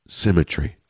symmetry